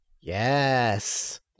Yes